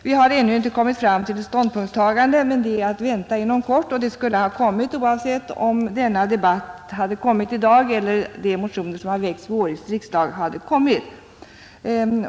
Vi har ännu inte kommit fram till ett ställningstagande, men det är att vänta inom kort och det skulle ha kommit oavsett om denna debatt hade ägt rum i dag eller om motionerna till årets riksdag hade väckts.